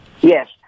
Yes